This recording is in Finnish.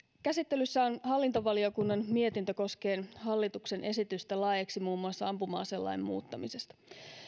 käsittelyssä on hallintovaliokunnan mietintö koskien hallituksen esitystä laeiksi muun muassa ampuma aselain muuttamisesta